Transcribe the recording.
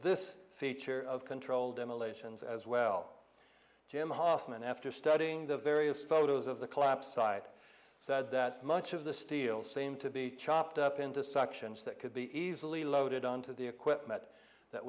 this feature of controlled demolitions as well jim hofmann after studying the various photos of the collapse i'd said that much of the steel seemed to be chopped up into sections that could be easily loaded on to the equipment that